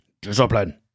Discipline